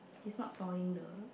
he's not sawing the